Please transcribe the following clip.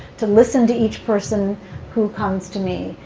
to listen to each person who comes to me,